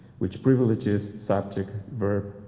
which privileges subject, verb,